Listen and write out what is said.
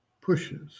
pushes